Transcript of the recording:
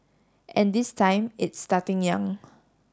and this time it's starting young